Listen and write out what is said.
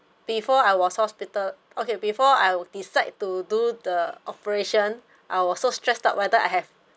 before I was hospital okay before I decide to do the operation I was so stressed out whether I have